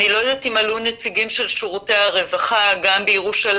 אני לא יודעת אם עלו נציגים של שירותי הרווחה גם בירושלים,